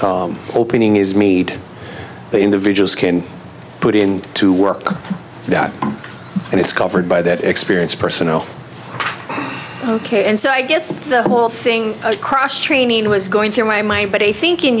that opening is made the individuals can put in to work on that and it's covered by that experience personal ok and so i guess the whole thing cross training was going through my mind but i think in